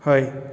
हय